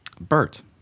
Bert